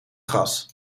gras